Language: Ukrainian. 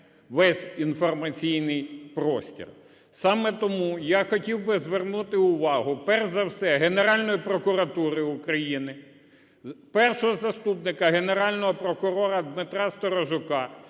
весь інформаційний простір. Саме тому я хотів би звернути увагу перш за все Генеральної прокуратури України, першого заступника Генерального прокурора Дмитра Сторожука